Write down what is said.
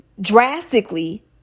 drastically